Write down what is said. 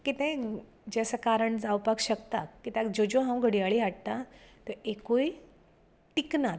कितेंय जें आसा कारण जावपाक शकता कित्याक ज्यो ज्यो हांव घडयाळी हाडटा त्यो एकूय टिकनात